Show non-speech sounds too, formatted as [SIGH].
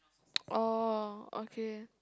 [NOISE] orh okay